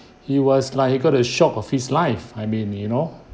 he was like he got a shock of his life I mean you know